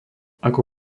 ako